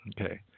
Okay